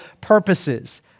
purposes